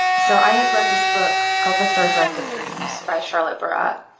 so i had read this book called the third reich of dreams by charlotte beradt,